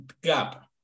Gap